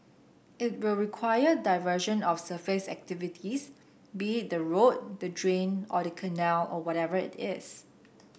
it will require diversion of surface activities be it the road the drain or the canal or whatever it is